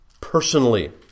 personally